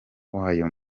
w’ayo